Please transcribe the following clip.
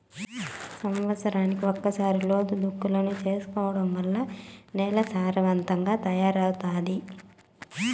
సమత్సరానికి ఒకసారి లోతు దుక్కులను చేసుకోవడం వల్ల నేల సారవంతంగా తయారవుతాది